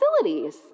facilities